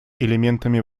элементами